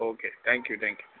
okay thank you thank you